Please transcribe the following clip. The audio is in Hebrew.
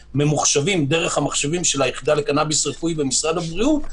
דרך היחידה של קנאביס רפואי במשרד הבריאות,